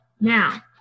Now